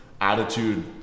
attitude